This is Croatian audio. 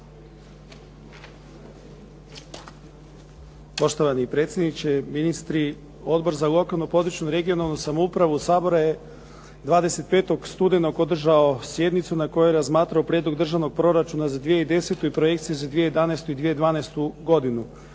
Poštovani predsjedniče, ministri, Odbor za lokalnu, područnu (regionalnu) samoupravu Sabora je 25. studenog održao sjednicu na kojoj je razmatrao Prijedlog državnog proračuna za 2010. i projekcije za 2011. i 2012. godinu.